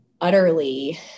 utterly